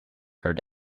heard